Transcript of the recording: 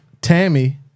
Tammy